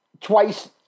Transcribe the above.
twice